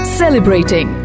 celebrating